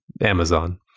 Amazon